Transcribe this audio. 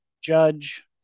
judge